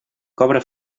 cobra